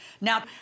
Now